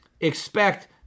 expect